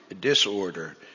disorder